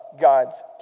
God's